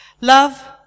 Love